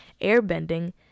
airbending